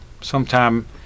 sometime